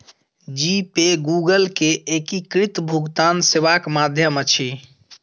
जी pay Google के एकीकृत भुगतान सेवाक माध्यम अछि